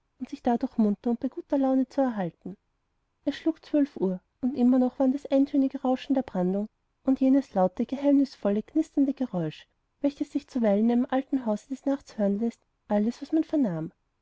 und von der haushälterin ein gesangbuch um darin zu lesen undsichdadurchmunterundbeiguterlaunezuerhalten es schlug zwölf uhr und immer noch waren das eintönige rauschen der brandung und jenes laute geheimnisvolle knisternde geräusch welches sich zuweilen in einem alten hause des nachts hören läßt alles was man vernahm